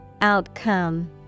Outcome